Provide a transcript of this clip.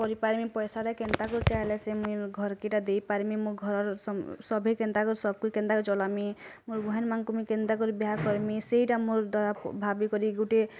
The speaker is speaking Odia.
କରିପାର୍ମି ପଇସାଟେ କେନ୍ତା କରିଟେ ଆଏଲେ ସେ ମୁଇଁ ଘର୍କେ ଇଟା ଦେଇପାରମି ମୁଇଁ ଘରର୍ ସଭେ କେନ୍ତା କରି ସଭକୁ କେନ୍ତା କରି ଚଲାମି ମୋର୍ ବହେନ୍ ମାନଙ୍କୁ ମୁଇଁ କେନ୍ତା କରି ବିହା କର୍ମି ସେଇଟା ମୋର୍ ଦାଦା ଭାବିକରି ଗୁଟେ